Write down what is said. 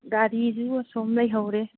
ꯒꯥꯔꯤꯁꯨ ꯑꯁꯣꯝ ꯂꯩꯍꯧꯔꯦ